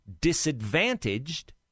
disadvantaged